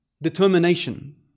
Determination